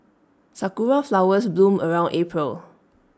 Sakura Flowers bloom around April